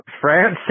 France